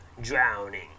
drowning